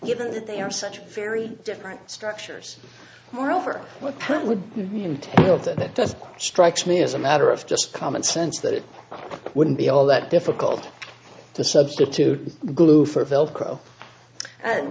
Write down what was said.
given that they are such very different structures moreover what person would feel that this strikes me as a matter of just common sense that it wouldn't be all that difficult to substitute glue for velcro and